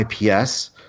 ips